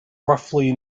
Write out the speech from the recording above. roughly